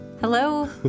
Hello